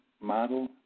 model